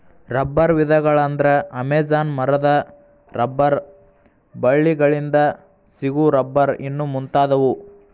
ರಬ್ಬರ ವಿಧಗಳ ಅಂದ್ರ ಅಮೇಜಾನ ಮರದ ರಬ್ಬರ ಬಳ್ಳಿ ಗಳಿಂದ ಸಿಗು ರಬ್ಬರ್ ಇನ್ನು ಮುಂತಾದವು